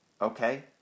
okay